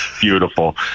beautiful